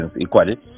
equally